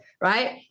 right